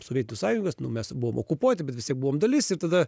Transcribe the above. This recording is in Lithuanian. sovietų sąjungos mes buvom okupuoti bet vis tiek buvom dalis ir tada